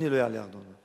אני לא אעלה ארנונה.